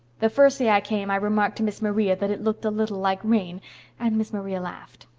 the first day i came i remarked to miss maria that it looked a little like rain and miss maria laughed.